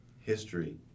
history